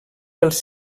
pels